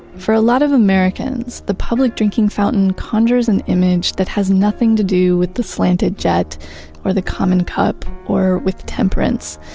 for a lot of americans, the public drinking fountain conjures an image that has nothing to do with the slanted jet or the common cup or with temperance.